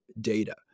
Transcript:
data